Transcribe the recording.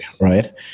right